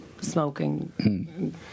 smoking